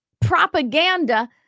propaganda